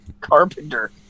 carpenter